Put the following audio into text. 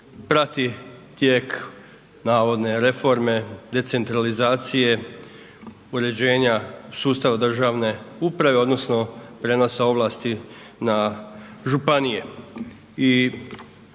prati tijek navodne reforme decentralizacije, uređenja sustava državne odnosa prenosa ovlasti na županije.